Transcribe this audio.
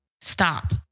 stop